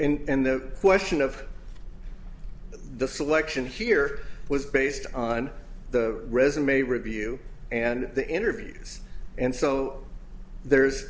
so and the question of the selection here was based on the resume review and the interviews and so there's